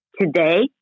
Today